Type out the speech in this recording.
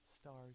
Stars